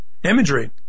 imagery